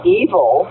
evil